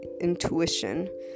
intuition